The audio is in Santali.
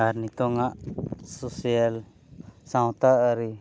ᱟᱨ ᱱᱤᱛᱚᱜ ᱟᱜ ᱥᱳᱥᱟᱞ ᱥᱟᱶᱛᱟ ᱟᱹᱨᱤ